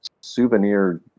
souvenir